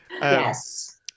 Yes